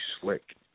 slick